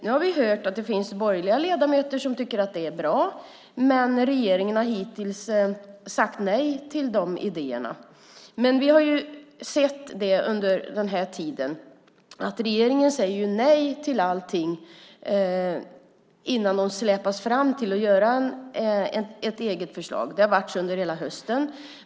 Nu har vi hört att det finns borgerliga ledamöter som tycker att det är bra, men regeringen har hittills sagt nej till de idéerna. Vi har märkt under den här tiden att regeringen säger nej till allting innan de släpas fram till att lägga fram ett eget förslag. Det har varit så under hela hösten.